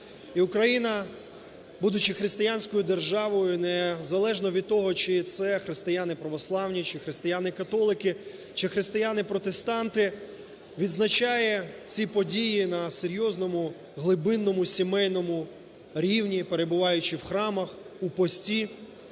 Україна, будучи християнською державою, не залежно від того, чи це християни православні, чи християни-католики, чи християни-протестанти відзначає ці події на серйозному глибинному сімейному рівні, перебуваючи в храмах у пості.